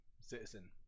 citizen